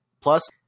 plus